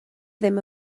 ddim